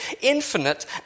infinite